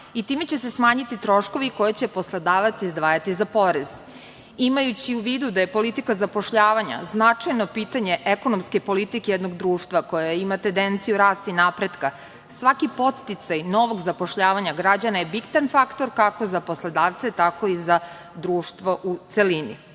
i time će se smanjiti troškovi koje će poslodavac izdvajati za porez. Imajući u vidu da je politika zapošljavanja značajno pitanje ekonomske politike jednog društva koje ima tendenciju rasta i napretka, svaki podsticaj novog zapošljavanja građana je bitan faktor, kako za poslodavce, tako i za društvo u celini. Dalje,